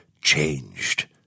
changed